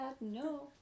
No